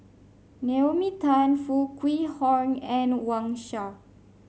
Naomi Tan Foo Kwee Horng and Wang Sha